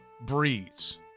Breeze